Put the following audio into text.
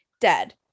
dead